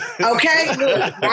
okay